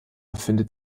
findet